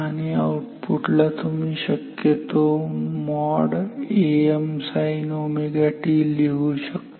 आणि या आउटपुट ला तुम्ही शक्यतो ।Am। sin 𝜔t लिहू शकता